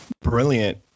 brilliant